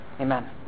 Amen